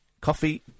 coffee